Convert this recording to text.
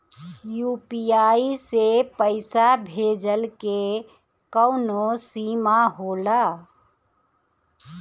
UPI से पईसा भेजल के कौनो सीमा होला?